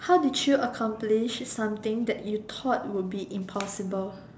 how did you accomplish something that you thought will be impossible